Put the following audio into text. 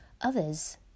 Others